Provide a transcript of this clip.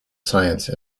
science